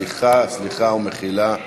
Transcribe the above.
חיים כץ, סליחה ומחילה.